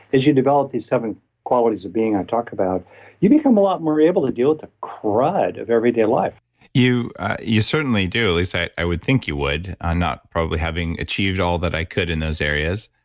as you develop these seven qualities of being, i talk about you become a lot more able to deal with the crud of everyday life you you certainly do, at least i i would think you would. i'm not probably having achieved all that i could in those areas.